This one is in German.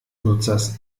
nutzers